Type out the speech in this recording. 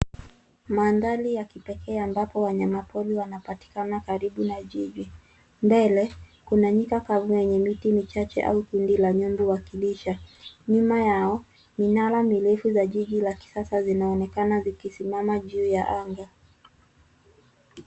Mandhari ya kipekee ambapo wanyamapori wanapatikana karibu na jiji. Mbele kuna nyika kavu yenye miti michache au kundi la nyumbu wakilisha. Nyuma yao minara mirefu ya jiji la kisasa inaonekana ikisimama juu ya anga.